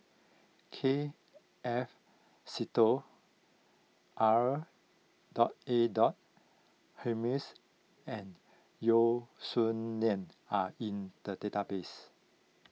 K F Seetoh R dot A dot Hamid and Yeo Song Nian are in the database